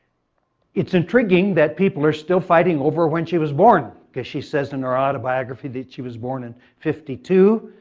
it's intriguing that people are still fighting over when she was born cause she says in her autobiography that she was born in fifty two.